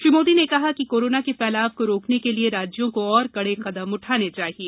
श्री मोदी ने कहा कि कोरोना के फैलाव को रोकने के लिए राज्यों को और कड़े कदम उठाने चाहिए